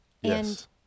Yes